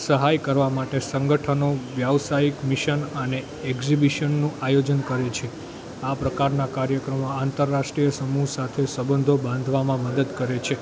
સહાય કરવા માટે સંગઠનો વ્યવસાયિક મિશન અને એક્ઝિબિશનનું આયોજન કરે છે આ પ્રકારના કાર્યક્રમો આંતરરાષ્ટ્રીય સમૂહ સાથે સંબંધો બાંધવામાં મદદ કરે છે